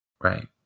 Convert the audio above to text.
right